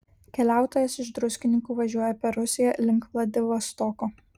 keliautojas iš druskininkų važiuoja per rusiją link vladivostoko